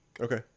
Okay